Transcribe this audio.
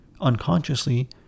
unconsciously